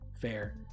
Fair